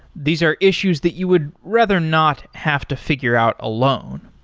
these are issues that you would rather not have to figure out alone.